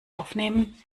aufnehmen